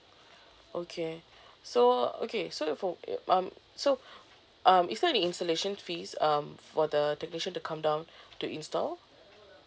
okay so okay if for eh um so um is there any installation fees um for the technician to come down to install